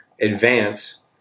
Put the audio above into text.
advance